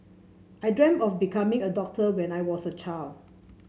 I dreamt of becoming a doctor when I was a child